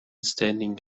standing